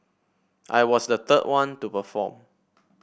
I was the third one to perform